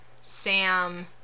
Sam